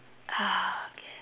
ah okay